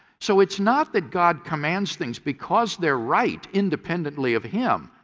so it is not that god commands things because they are right independently of him,